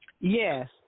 Yes